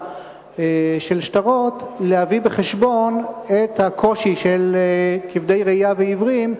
שעלולים לנצל את זה כדי להכשיל את העיוורים.